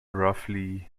roughly